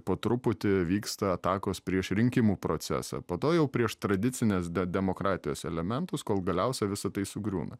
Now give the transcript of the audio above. po truputį vyksta atakos prieš rinkimų procesą po to jau prieš tradicinės demokratijos elementus kol galiausia visa tai sugriūna